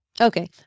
Okay